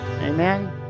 Amen